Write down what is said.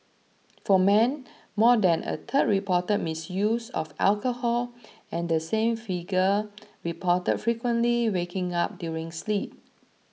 for men more than a third reported misuse of alcohol and the same figure reported frequently waking up during sleep